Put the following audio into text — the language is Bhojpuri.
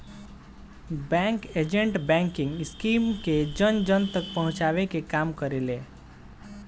बैंक एजेंट बैंकिंग स्कीम के जन जन तक पहुंचावे के काम करेले